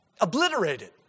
obliterated